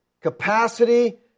capacity